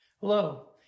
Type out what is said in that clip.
Hello